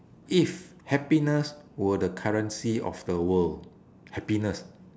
if happiness were the currency of the world happiness